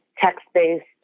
text-based